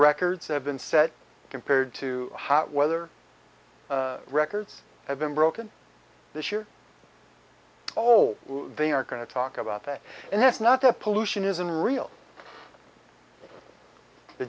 records have been set compared to hot weather records have been broken this year old they are going to talk about that and that's not the pollution isn't real the